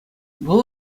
вӑл